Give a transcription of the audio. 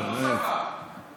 אבל הוא ספר.